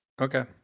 Okay